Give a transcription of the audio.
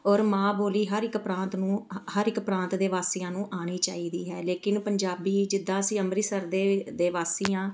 ਔਰ ਮਾਂ ਬੋਲੀ ਹਰ ਇੱਕ ਪ੍ਰਾਂਤ ਨੂੰ ਹ ਹਰ ਇੱਕ ਪ੍ਰਾਂਤ ਦੇ ਵਾਸੀਆਂ ਨੂੰ ਆਉਣੀ ਚਾਹੀਦੀ ਹੈ ਲੇਕਿਨ ਪੰਜਾਬੀ ਜਿੱਦਾਂ ਅਸੀਂ ਅੰਮ੍ਰਿਤਸਰ ਦੇ ਦੇ ਵਾਸੀ ਹਾਂ